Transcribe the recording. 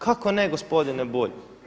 Kako ne gospodine Bulj?